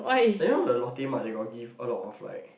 I know the Lotte mart they got give all the off right